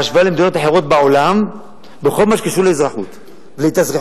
בהשוואה למדינות אחרות בעולם בכל מה שקשור לאזרחות ולהתאזרחות.